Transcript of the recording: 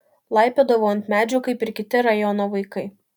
laipiodavau ant medžių kaip ir kiti rajono vaikai